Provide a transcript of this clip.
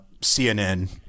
CNN